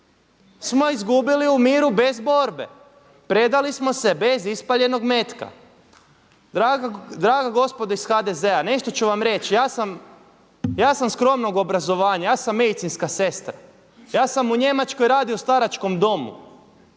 smo izgubili u miru bez borbe. Predali smo se bez ispaljenog metka. Draga gospodo iz HDZ-a nešto ću vam reći, ja sam skromnog obrazovanja, ja sam medicinska sestra, ja sam u Njemačkoj radio u staračkom domu,